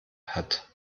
hat